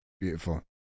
Beautiful